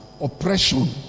oppression